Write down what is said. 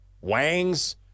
Wangs